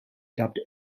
dubbed